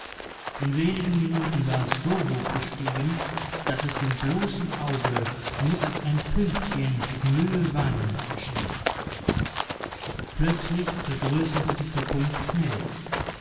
in wenigen minuten war es so hoch gestiegen daß es dem bloßen auge nur als ein pünktchen mit mühe wahrnehmbar erschien plötzlich vergrößerte sich der punkt schnell